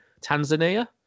Tanzania